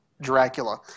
Dracula